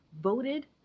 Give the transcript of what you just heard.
voted